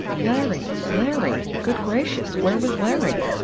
larry! larry! good gracious, where was larry?